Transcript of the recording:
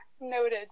noted